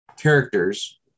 characters